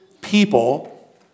people